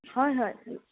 হয় হয়